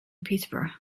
peterborough